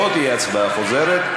לא תהיה הצבעה חוזרת.